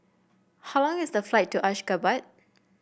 how long is the flight to Ashgabat